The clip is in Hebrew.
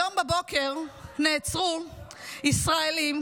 היום בבוקר נעצרו ישראלים,